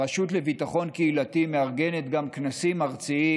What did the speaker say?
הרשות לביטחון קהילתי מארגנת גם כנסים ארציים